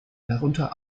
darunter